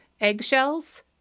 eggshells